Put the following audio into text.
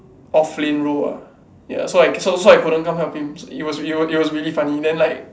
off lane rule ah ya so I so I couldn't come help him it was it was it was really funny then like